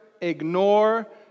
ignore